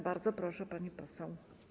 Bardzo proszę, pani poseł.